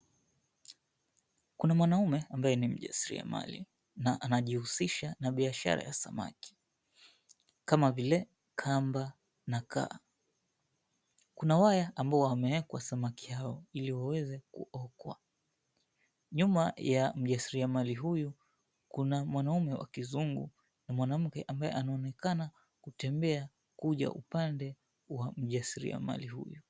Kuna mwanamume ambaye ni mjasiriamali na anajihusisha na biashara ya samaki kama vile kamba na kaa. Kuna waya ambao wamewekwa samaki hao, ili waweze kuokwa. Nyuma ya mjasiriamali huyu kuna mwanamume wa kizungu na mwanamke ambaye anaonekana kutembea kuja upande wa mjasiriamali huyu.